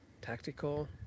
tactical